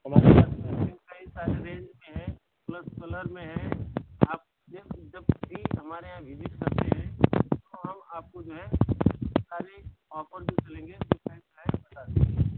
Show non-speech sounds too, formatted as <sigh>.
हमारे पास में <unintelligible> कई सारे रेंज में हैं प्लस कलर में हैं आप जब जब भी हमारे यहाँ भिजिट करते हैं तो हम आपको जो है सारे ऑफर जो चलेंगे <unintelligible> बता देंगे